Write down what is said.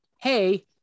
hey